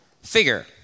figure